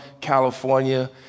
California